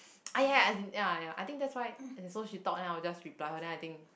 !aiya! as in ya ya I think that's why so she talk then I will just reply her then I think